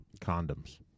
Condoms